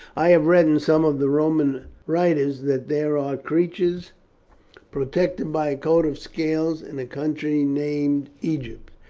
i have read in some of the roman writers that there are creatures protected by a coat of scales in a country named egypt,